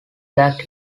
that